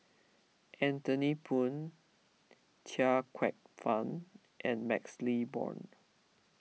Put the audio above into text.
Anthony Poon Chia Kwek Fah and MaxLe Blond